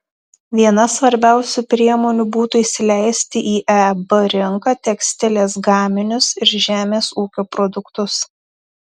viena svarbiausių priemonių būtų įsileisti į eb rinką tekstilės gaminius ir žemės ūkio produktus